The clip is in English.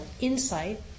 insight